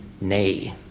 Nay